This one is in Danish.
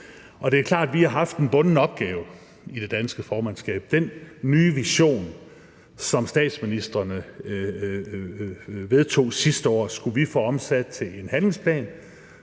Det er klart, at vi har haft en bunden opgave i det danske formandskab. Den nye vision, som statsministrene vedtog sidste år, skulle vi få omsat til en handlingsplan